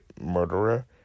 murderer